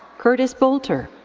kurtis boulter.